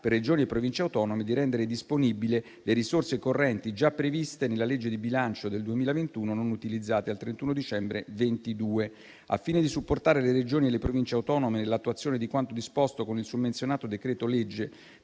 per Regioni e Province autonome, di rendere disponibile le risorse correnti, già previste nella legge di bilancio del 2021, non utilizzate al 31 dicembre 2022. Al fine di supportare le Regioni e le Province autonome nell'attuazione di quanto disposto con il summenzionato decreto legge